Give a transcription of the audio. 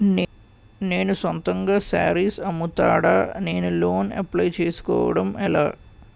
నేను సొంతంగా శారీస్ అమ్ముతాడ, నేను లోన్ అప్లయ్ చేసుకోవడం ఎలా?